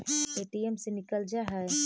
ATM से निकल जा है?